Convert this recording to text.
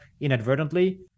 inadvertently